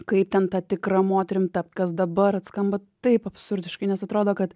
kaip tampa tikra moterim tą kas dabar skamba taip absurdiškai nes atrodo kad